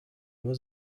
nur